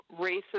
racist